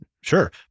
sure